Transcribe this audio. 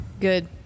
Good